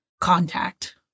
contact